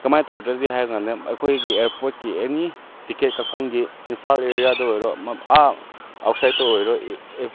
ꯀꯃꯥꯏꯅ ꯇꯧꯗ꯭ꯔꯗꯤ ꯍꯥꯏꯔ ꯀꯥꯟꯗ ꯑꯩꯈꯣꯏꯒꯤ ꯑꯦꯌꯥꯔꯄꯣꯔꯠꯀꯤ ꯑꯦꯅꯤ ꯇꯤꯀꯦꯠ ꯀꯛꯐꯝꯒꯤ ꯏꯝꯐꯥꯜ ꯑꯦꯔꯤꯌꯥꯗ ꯑꯣꯏꯔꯣ ꯑꯥ ꯑꯥꯎꯠꯁꯥꯏꯗꯇ ꯑꯣꯔꯣ